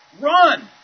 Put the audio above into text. Run